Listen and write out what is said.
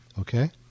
Okay